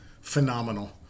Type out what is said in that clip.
phenomenal